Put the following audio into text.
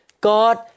God